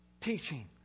teaching